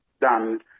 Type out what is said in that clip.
done